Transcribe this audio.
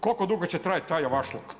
Koliko dugo će trajati taj avaršluk?